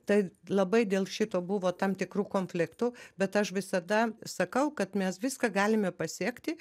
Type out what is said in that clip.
tai labai dėl šito buvo tam tikrų konfliktų bet aš visada sakau kad mes viską galime pasiekti